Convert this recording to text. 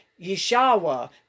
Yeshua